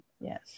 Yes